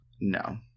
No